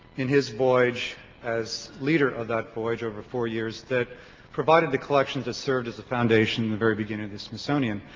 in his voyage as leader of that voyage over four years that provided the collections that served as the foundation in the very beginning of his smithsonian.